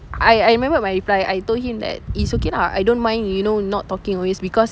I I remembered my reply I told him that it's okay lah I don't mind you know not talking always because